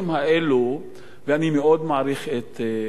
ואני מאוד מעריך את חופש הביטוי,